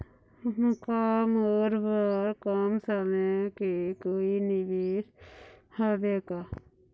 का मोर बर कम समय के कोई निवेश हावे का?